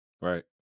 Right